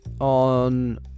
on